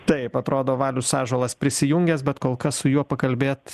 taip atrodo valius ąžuolas prisijungęs bet kol kas su juo pakalbėt